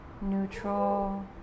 neutral